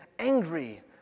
Angry